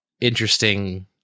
interesting